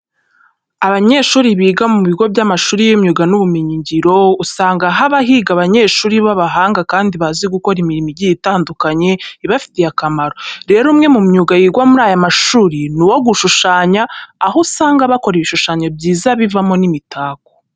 Abanyeshuri biga mu bigo by'amashuri y'imyuga n'ubumenyingiro, usanga haba higa abanyeshuri b'abahanga kandi bazi gukora imirimo igiye itandukanye ibafitiye akamaro. Rero umwe mu myuga yigwa muri aya mashuri ni uwo gushushanya, aho usanga bakora ibishushanyo byiza bivamo n'imitako.